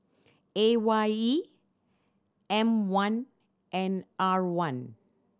A Y E M One and R one